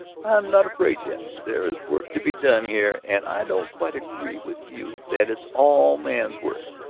i am not afraid yet. there is work to be done here and i don't quite agree with you that it's all man's work.